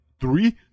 three